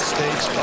States